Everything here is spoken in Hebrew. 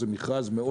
זה מכרז מאוד גדול.